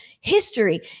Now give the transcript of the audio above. history